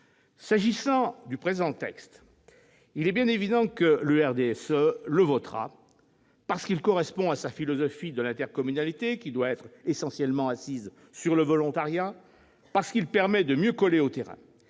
S'agissant du présent texte, il est bien évident que le RDSE le votera, parce qu'il correspond à sa philosophie de l'intercommunalité, qui doit être essentiellement assise sur le volontariat, parce qu'il permettra de mieux coller au terrain.